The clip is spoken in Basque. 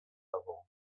dago